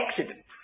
accident